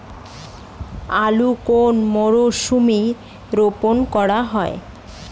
আলু কোন মরশুমে রোপণ করা হয়?